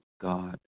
God